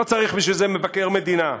לא צריך בשביל זה מבקר מדינה.